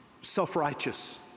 self-righteous